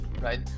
right